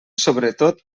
sobretot